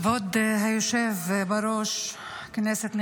כבוד היושב בראש, כנסת נכבדה,